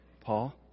Paul